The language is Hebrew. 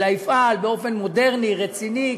אלא יפעל באופן מודרני ורציני,